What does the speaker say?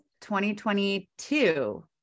2022